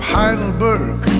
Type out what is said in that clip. Heidelberg